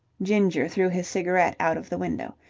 ginger threw his cigarette out of the window.